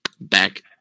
back